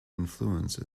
influence